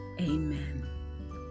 Amen